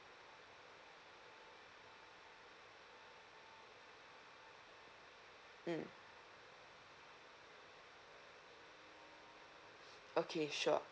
mm okay sure